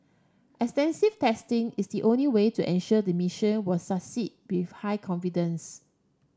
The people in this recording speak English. extensive testing is the only way to ensure the mission will succeed with high confidence